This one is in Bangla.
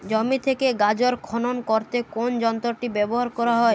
জমি থেকে গাজর খনন করতে কোন যন্ত্রটি ব্যবহার করা হয়?